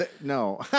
no